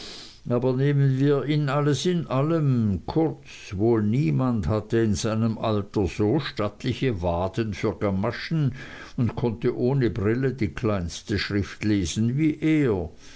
aber nehmen wir ihn alles in allem kurz wohl niemand hatte in seinem alter so stattliche waden für gamaschen und konnte ohne brille die kleinste schrift lesen wie er